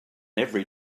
every